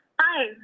Hi